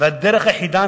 והדרך היחידה,